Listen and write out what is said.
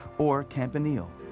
or campanile.